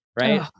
right